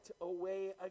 away